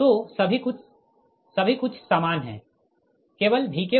तो सभी कुछ सामान है केवल Vk0 है